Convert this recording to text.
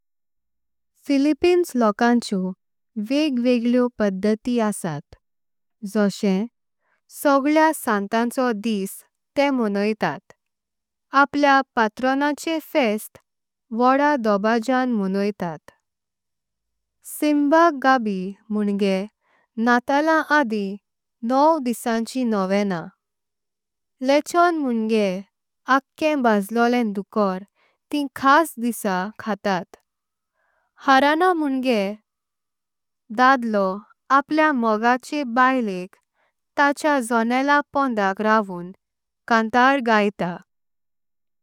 फिलिपिन्स लोकांच्यो वेग वेगळ्यो पधती अस्तात। जोशे सगळ्या संतांचो दिवस ते मोणोयतात। आपल्या पातरोणाचे फेस्ट व्होड्डा धोपाजियां मोणोयतात। सिंबांग गाबी म्होंगे नाताळा आधिन नव दिवसांची। नोवेनां लेचों म्होंगे आक्खे बाझलोलें डुकर ती खास। दि़सा खातां हरना म्होंगे धडलो आपल्या मोगाचे। बायले क ताच्या झोणेळा पोंधाक राऊन कांतर गायता।